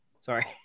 Sorry